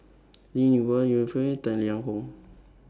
Linn in Hua Yong Foong Tang Liang Hong